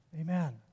Amen